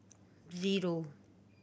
zero